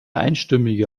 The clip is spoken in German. einstimmige